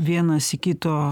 vienas į kito